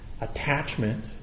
attachment